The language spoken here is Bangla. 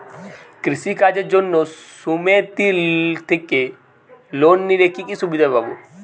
কৃষি কাজের জন্য সুমেতি থেকে লোন নিলে কি কি সুবিধা হবে?